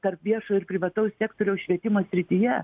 tarp viešo ir privataus sektoriaus švietimo srityje